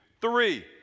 three